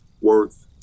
worth